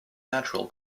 natural